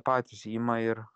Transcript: patys ima ir